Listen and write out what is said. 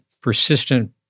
persistent